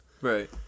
right